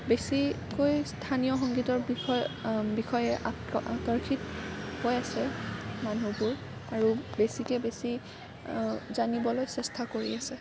বেছিকৈ স্থানীয় সংগীতৰ বিষয়ে বিষয়ে আকৰ্ষিত হৈ আছে মানুহবোৰ আৰু বেছিকৈ বেছি জানিবলৈ চেষ্টা কৰি আছে